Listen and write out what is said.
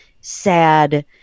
sad